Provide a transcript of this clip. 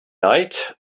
night